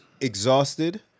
exhausted